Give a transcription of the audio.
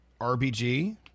RBG